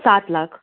सात लाख